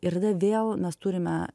ir tada vėl mes turime